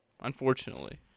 unfortunately